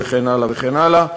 וכן הלאה וכן הלאה.